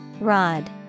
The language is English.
Rod